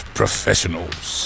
professionals